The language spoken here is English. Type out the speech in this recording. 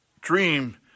dream